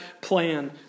plan